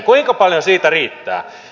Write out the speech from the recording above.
kuinka paljon siitä riittää